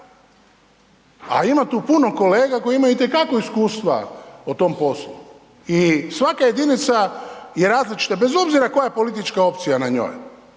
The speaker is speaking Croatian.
A ima tu puno kolega koji imaju itekako iskustva o tom poslu i svaka jedinica je različita bez obzira koja je politička opcija na njoj